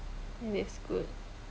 and it's good